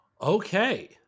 okay